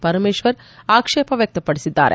ಪರಮೇಶ್ವರ ಆಕ್ಷೇಪ ವ್ಯಕ್ತಪಡಿಸಿದ್ದಾರೆ